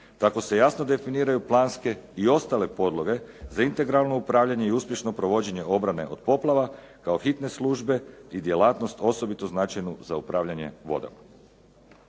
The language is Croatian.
Tako se jasno definiraju planske i ostale podloge za integralno upravljanje i uspješno provođenje obrane od poplava kao hitne službe i djelatnost osobito značajnu za upravljanje vodama.